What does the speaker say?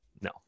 no